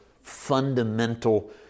fundamental